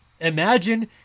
Imagine